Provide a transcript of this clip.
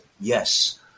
yes